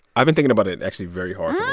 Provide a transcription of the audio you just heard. i've been thinking about it actually very hard